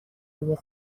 روی